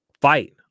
fight